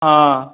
हँ